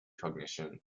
cognition